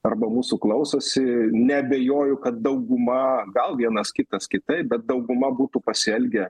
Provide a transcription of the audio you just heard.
arba mūsų klausosi neabejoju kad dauguma gal vienas kitas kitaip bet dauguma būtų pasielgę